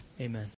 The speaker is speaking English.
Amen